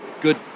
good